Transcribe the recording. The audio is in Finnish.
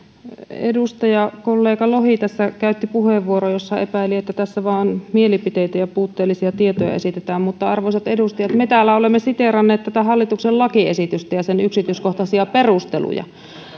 edustajakollega lohi tässä käytti puheenvuoron jossa epäili että tässä vain mielipiteitä ja puutteellisia tietoja esitetään mutta arvoisat edustajat me täällä olemme siteeranneet tätä hallituksen lakiesitystä ja sen yksityiskohtaisia perusteluja